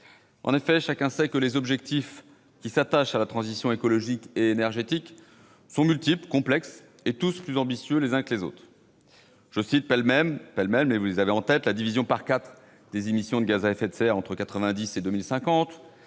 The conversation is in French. En effet, chacun sait que les objectifs en matière de transition écologique et énergétique sont multiples, complexes, et tous plus ambitieux les uns que les autres. Je cite pêle-mêle : la division par quatre des émissions de gaz à effet de serre entre 1990 et 2050,